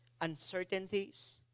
uncertainties